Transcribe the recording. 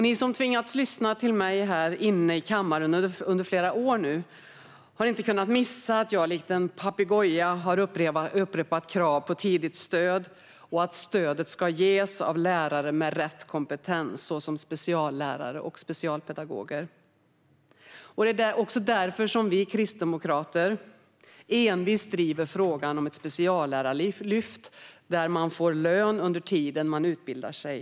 Ni som tvingats lyssna till mig här inne i kammaren under flera år nu har inte kunnat missa att jag likt en papegoja upprepat krav på tidigt stöd och att stödet ska ges av lärare med rätt kompetens, såsom speciallärare och specialpedagoger. Det är därför vi kristdemokrater envist driver frågan om ett speciallärarlyft där man får lön under tiden man utbildar sig.